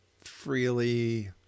freely